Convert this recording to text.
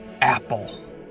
Apple